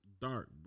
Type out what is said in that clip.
dark